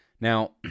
Now